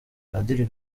padiri